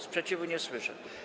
Sprzeciwu nie słyszę.